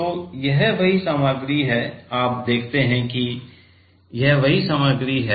तो यह वही सामग्री है आप देखते हैं कि यह वही सामग्री है